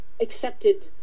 accepted